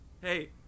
hey